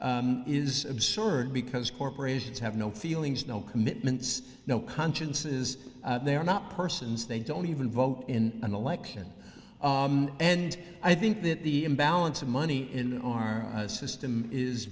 t is absurd because corporations have no feelings no commitments no conscience is they are not persons they don't even vote in an election and i think that the imbalance of money in our system is